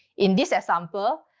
in this example,